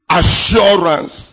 assurance